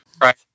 Right